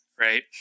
right